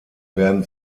werden